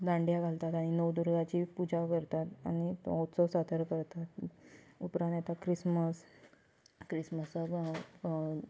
दांडिया घालतात आनी नवदुर्गाची पुजा करतात आनी हो उत्सव सादर करता उपरान येता क्रिसमस क्रिसमसाक